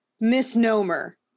misnomer